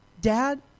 Dad